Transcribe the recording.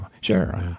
Sure